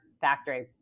factory